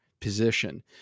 position